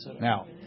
now